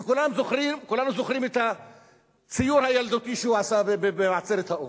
וכולנו זוכרים את הציור הילדותי שהוא עשה בעצרת האו"ם,